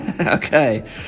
Okay